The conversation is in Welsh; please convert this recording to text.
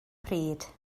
pryd